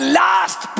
last